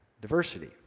diversity